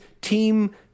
team